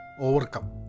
overcome